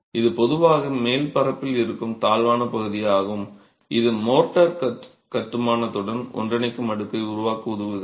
இது பொதுவாக மேல் மேற்பரப்பில் இருக்கும் தாழ்வான பகுதியாகும் இது மோர்டார் கட்டுமானத்துடன் ஒன்றிணைக்கும் அடுக்கை உருவாக்க உதவுகிறது